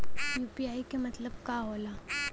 UPI के मतलब का होला?